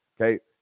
okay